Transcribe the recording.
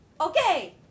Okay